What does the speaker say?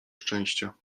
szczęścia